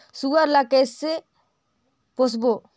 सुअर ला कइसे पोसबो?